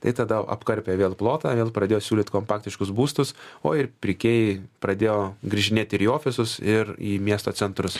tai tada apkarpė vėl plotą vėl pradėjo siūlyt kompaktiškus būstus o ir pirkėjai pradėjo grįžinėti ir į ofisus ir į miesto centrus